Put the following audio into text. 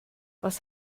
was